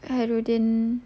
khairuddin